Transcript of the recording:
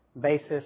basis